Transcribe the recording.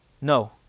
no